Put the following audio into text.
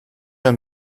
ein